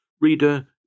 Reader